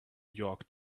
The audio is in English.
york